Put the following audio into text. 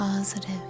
positive